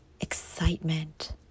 excitement